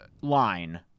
line